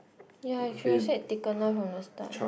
ya you should have set thickener from the start